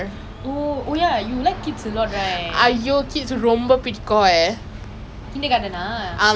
I don't even know what I want to do in the future lah like you know I spend a lot of money for the diploma already